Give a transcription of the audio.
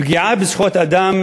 פגיעה בזכויות אדם,